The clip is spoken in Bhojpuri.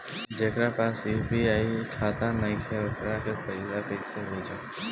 जेकरा पास यू.पी.आई खाता नाईखे वोकरा के पईसा कईसे भेजब?